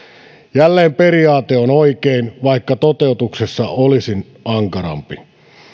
jälleen periaate on oikein vaikka toteutuksessa olisin ankarampi